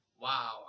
Wow